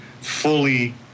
fully